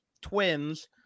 twins